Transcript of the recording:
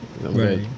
Right